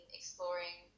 exploring